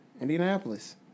Indianapolis